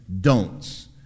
don'ts